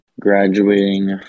graduating